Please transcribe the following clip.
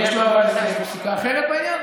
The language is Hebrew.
אבל יש לו איזו פסיקה אחרת בעניין?